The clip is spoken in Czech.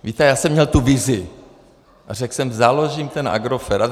Víte, já jsem měl tu vizi a řekl jsem: Založím ten Agrofert.